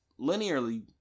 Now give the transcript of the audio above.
linearly